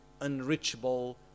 unreachable